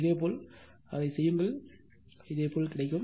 இதேபோல் அதை செய்யுங்கள் இதேபோல் கிடைக்கும்